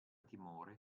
timore